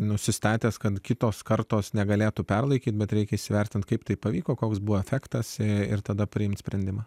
nusistatęs kad kitos kartos negalėtų perlaikyti bet reikia įsivertinti kaip tai pavyko koks buvo efektas ir tada priims sprendimą